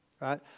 right